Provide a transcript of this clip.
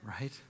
right